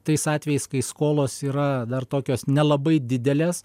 tais atvejais kai skolos yra dar tokios nelabai didelės